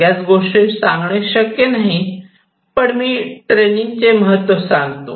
सगळ्याच गोष्टी सांगणे शक्य नाही पण मी ट्रेनिंग चे महत्व सांगतो